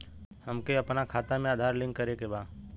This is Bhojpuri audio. हमके अपना खाता में आधार लिंक करें के बा?